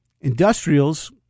Industrials